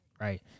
right